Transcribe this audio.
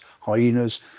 hyenas